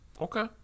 Okay